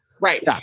right